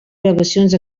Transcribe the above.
gravacions